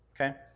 Okay